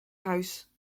huis